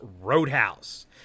Roadhouse